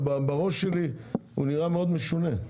הנוסח הזה בראש שלי נראה מאוד משונה.